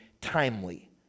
timely